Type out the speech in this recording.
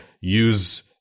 use